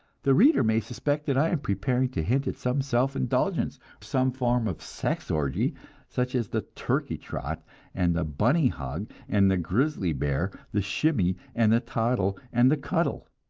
the reader may suspect that i am preparing to hint at some self-indulgence, some form of sex orgy such as the turkey trot and the bunny hug and the grizzly bear, the shimmy and the toddle and the cuddle.